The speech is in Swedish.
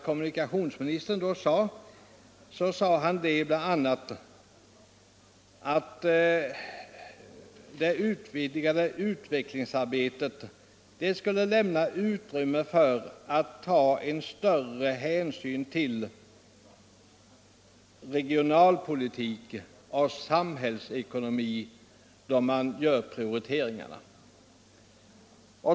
Kommunikationsministern sade bl.a. att det utvidgade utvecklingsarbetet skulle lämna utrymme för större hänsynstagande till regionalpolitik och samhällsekonomi vid planeringarna.